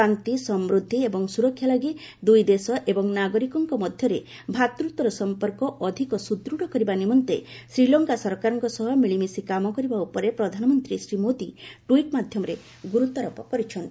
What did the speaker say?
ଶାନ୍ତି ସମୁଦ୍ଧି ଏବଂ ସୁରକ୍ଷା ଲାଗି ଦୁଇ ଦେଶ ଏବଂ ନାଗରିକଙ୍କ ମଧ୍ୟରେ ଭାତୃତ୍ୱର ସମ୍ପର୍କ ଅଧିକ ସୁଦୃତ୍ତ କରିବା ନିମନ୍ତେ ଶ୍ରୀଲଙ୍କା ସରକାରଙ୍କ ସହ ମିଳିମିଶି କାମ କରିବା ଉପରେ ପ୍ରଧାନମନ୍ତ୍ରୀ ଶ୍ରୀ ମୋଦି ଟୁଇଟ୍ ମାଧ୍ୟମରେ ଗୁର୍ତ୍ୱାରୋପ କରିଛନ୍ତି